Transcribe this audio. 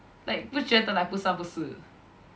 like 觉得 like 不三不四